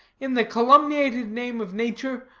in the calumniated name of nature,